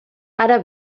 ara